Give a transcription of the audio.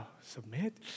submit